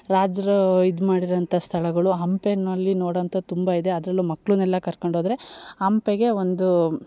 ರಾಜರು ಇದು ಮಾಡಿರೋ ಅಂಥ ಸ್ಥಳಗಳು ಹಂಪೆನಲ್ಲಿ ನೋಡೊವಂಥದ್ದು ತುಂಬ ಇದೆ ಅದರಲ್ಲು ಮಕ್ಕಳನೆಲ್ಲ ಕರ್ಕೊಂಡು ಹೋದ್ರೆ ಹಂಪೆಗೆ ಒಂದು